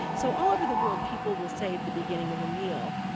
so all over the world, people will say at the beginning of a meal,